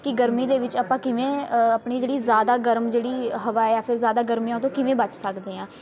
ਕਿ ਗਰਮੀ ਦੇ ਵਿੱਚ ਆਪਾਂ ਕਿਵੇਂ ਆਪਣੀ ਜਿਹੜੀ ਜ਼ਿਆਦਾ ਗਰਮ ਜਿਹੜੀ ਹਵਾ ਆ ਜਾਂ ਫਿਰ ਜ਼ਿਆਦਾ ਗਰਮੀ ਆ ਉਹ ਤੋਂ ਕਿਵੇਂ ਬਚ ਸਕਦੇ ਹਾਂ